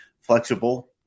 flexible